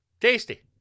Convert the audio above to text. Tasty